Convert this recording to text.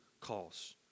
calls